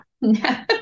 no